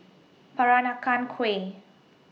Peranakan Kueh